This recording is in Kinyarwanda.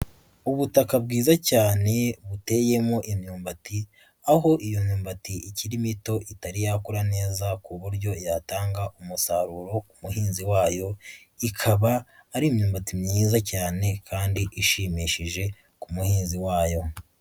Ubutaka bwiza cyane buteyemo imyumbati, aho iyo myumbati ikiri mito itari yakura neza ku buryo yatanga umusaruro ku muhinzi wayo, ikaba ari imyumbati myiza cyane kandi ishimishije ku muhinzi wayo.